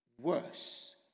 worse